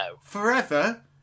Forever